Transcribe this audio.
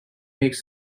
makes